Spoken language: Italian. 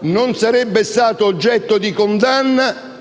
non sarebbe stato oggetto di condanna